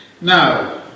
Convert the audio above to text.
Now